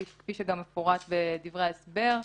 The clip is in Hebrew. כפי שגם מפורט בדברי ההסבר,